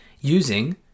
using